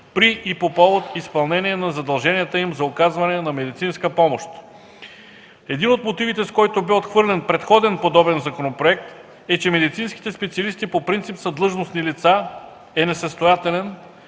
при и по повод изпълнение на задълженията им за оказване на медицинска помощ. Един от мотивите, с който бе отхвърлен предходен подобен законопроект – че медицинските специалисти по принцип са длъжностни лица, е несъстоятелен